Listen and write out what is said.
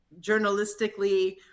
journalistically